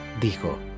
dijo